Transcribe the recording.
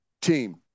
team